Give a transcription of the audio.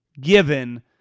given